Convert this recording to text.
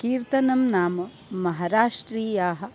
कीर्तनं नाम महाराष्ट्रीयं